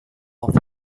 off